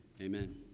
Amen